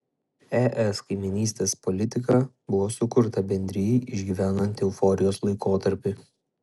es kaimynystės politika buvo sukurta bendrijai išgyvenant euforijos laikotarpį